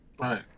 Right